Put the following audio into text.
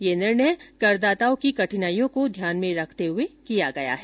यह निर्णय करदाताओं की कठिनाईयों को ध्यान में रखते हुए किया गया है